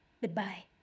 Goodbye